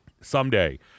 Someday